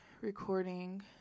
recording